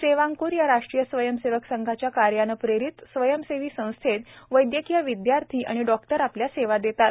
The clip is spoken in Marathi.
सेवांक्र या राष्ट्रीय स्वयंसेवक संघाच्या कार्याने प्रेरित स्वयंसेवी संस्थेत वैद्यकिय विद्यार्थी आणि डॉक्टर आपल्या सेवा देतात